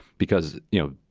because, you know,